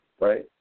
right